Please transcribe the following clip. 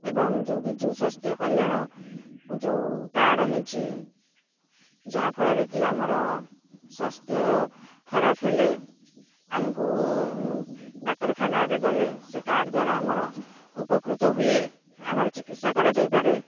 ଏବଂ ଯେଉଁ ବିଜୁ ସ୍ୱାସ୍ଥ୍ୟ କଲ୍ୟାଣ ଯେଉଁ କାର୍ଡ଼ ହେଇଛି ଯାହାଫଳରେ କି ଆମର ସ୍ୱାସ୍ଥ୍ୟ ଖରାପ ହେଲେ ଆମକୁ ଡାକ୍ତରଖାନାରେ ଗଲେ ସେ କାର୍ଡ଼ ଦ୍ୱାରା ଆମର ଉପକୃତ ହୁଏ ଆମର ଚିକିତ୍ସା କରାଯାଇପାରେ